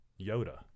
Yoda